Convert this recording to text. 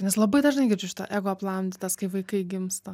nes labai dažnai girdžiu šitą ego aplamdytas kai vaikai gimsta